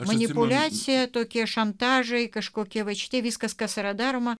manipuliacija tokie šantažai kažkokie va čia viskas kas yra daroma